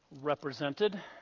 represented